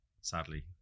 sadly